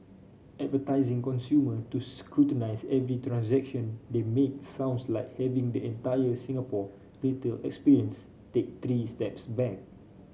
advertising consumer to scrutinise every transaction they make sounds like having the entire Singapore retail experience take three steps back